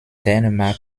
dänemark